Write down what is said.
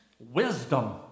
wisdom